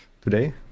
Today